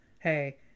Hey